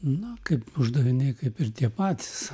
na kaip uždaviniai kaip ir tie patys